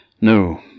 No